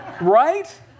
Right